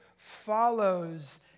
follows